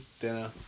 dinner